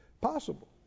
possible